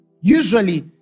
Usually